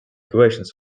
questions